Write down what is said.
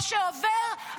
או שעובר,